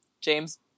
James